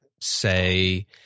say